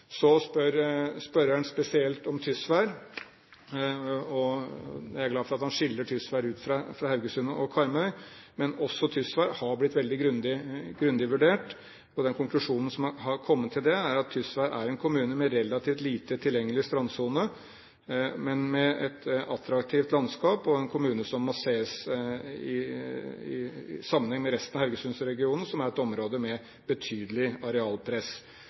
Så spør spørreren spesielt om Tysvær. Jeg er glad for at han skiller Tysvær ut fra Haugesund og Karmøy, men også Tysvær har blitt veldig grundig vurdert. Den konklusjonen man har kommet til, er at Tysvær er en kommune med en relativt lite tilgjengelig strandsone, men med et attraktivt landskap, og det er en kommune som må ses i sammenheng med resten av Haugesundregionen, som er et område med betydelig arealpress.